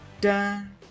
dun